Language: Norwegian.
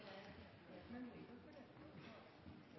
vet lite